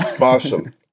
Awesome